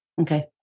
Okay